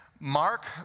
Mark